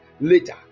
later